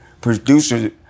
producers